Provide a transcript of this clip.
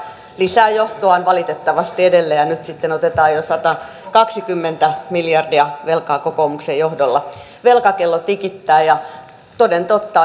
lisää johtoaan valitettavasti edelleen ja nyt sitten otetaan jo satakaksikymmentä miljardia velkaa kokoomuksen johdolla velkakello tikittää ja toden totta